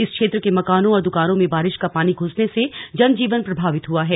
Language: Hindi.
इस क्षेत्र के मकानों और दुकानों में बारिश का पानी घुसने से जन जीवन प्रभावित हुआ है